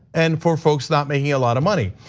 and for folks not making a lot of money.